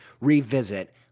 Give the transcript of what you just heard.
revisit